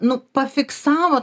nu pafiksavo